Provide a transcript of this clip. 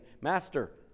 Master